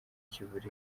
kivurira